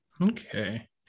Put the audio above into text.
Okay